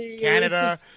Canada